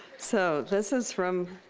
so this is from